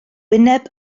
wyneb